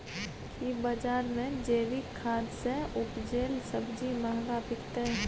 की बजार मे जैविक खाद सॅ उपजेल सब्जी महंगा बिकतै?